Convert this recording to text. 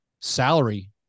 salary